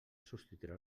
substituirà